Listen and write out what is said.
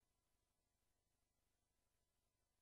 הנושא הנושא יועבר לוועדת החוץ והביטחון.